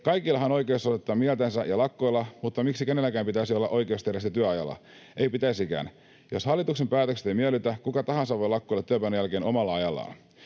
Kaikillahan on oikeus osoittaa mieltänsä ja lakkoilla, mutta miksi kenelläkään pitäisi olla oikeus tehdä se työajalla? Ei pitäisikään. Jos hallituksen päätökset eivät miellytä, kuka tahansa voi lakkoilla työpäivän jälkeen omalla ajallaan.